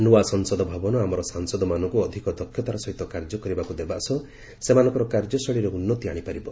ନୂଆ ସଂସଦ ଭବନ ଆମର ସାଂସଦମାନଙ୍କୁ ଅଧିକ ଦକ୍ଷତାର ସହିତ କାର୍ଯ୍ୟ କରିବାକୁ ଦେବା ସହ ସେମାନଙ୍କର କାର୍ଯ୍ୟଶୈଳୀରେ ଉନୁତି ଆଶିପାରିବ